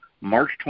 March